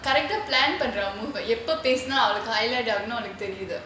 character plan பண்ற எப்போ பேசுனா அவளுக்கு தெரியுது:pandra eppo pesunaa avaluku teriyuthu